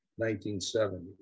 1970